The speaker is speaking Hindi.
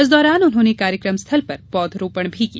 इस दौरान उन्होंने कार्यकम स्थल पर पौधरोपण भी किया